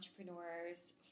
entrepreneurs